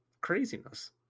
craziness